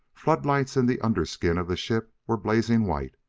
floodlights in the under-skin of the ship were blazing white,